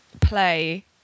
play